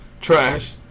Trash